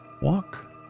walk